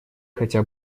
хотя